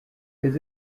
his